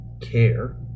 care